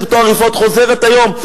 חוזרת היום,